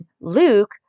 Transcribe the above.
Luke